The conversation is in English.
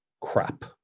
crap